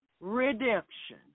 redemption